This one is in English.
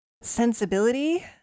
sensibility